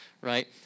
right